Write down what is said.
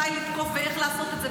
מתי לתקוף ואיך לעשות את זה,